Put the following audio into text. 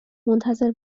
منتظر